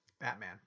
Batman